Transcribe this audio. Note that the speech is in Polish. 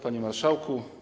Panie Marszałku!